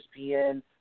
ESPN